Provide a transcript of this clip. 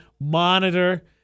monitor